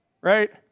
right